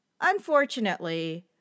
Unfortunately